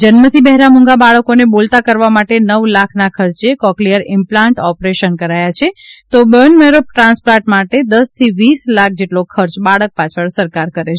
જન્મથી બહેરામુંગા બાળકોને બોલતા કરવા માટે નવ લાખના ખર્ચે કોકલિયર ઇમ્પલાન્ટ ઓપરેશન કરાયા છે તો બોનમેરો ટ્રાન્સપ્લાન્ટ માટે દશથી વીસ લાખ જેટલો ખર્ચ બાળક પાછળ સરકાર કરે છે